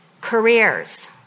careers